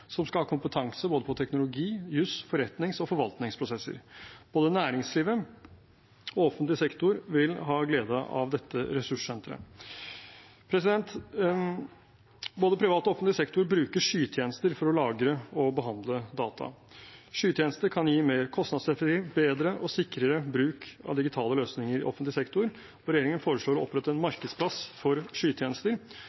som skal ha kompetanse på både teknologi, juss, forretnings- og forvaltningsprosesser. Både næringslivet og offentlig sektor vil ha glede av dette ressurssenteret. Både privat og offentlig sektor bruker skytjenester for å lagre og behandle data. Skytjenester kan gi mer kostnadseffektiv, bedre og sikrere bruk av digitale løsninger i offentlig sektor. Regjeringen foreslår å opprette en